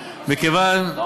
מכיוון שעל